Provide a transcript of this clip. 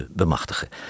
bemachtigen